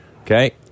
Okay